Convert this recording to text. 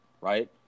Right